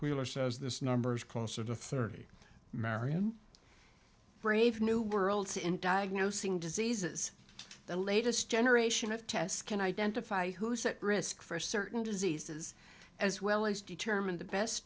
wheeler says this number is closer to thirty marion brave new worlds in diagnosing diseases the latest generation of tests can identify who's at risk for certain diseases as well as determine the best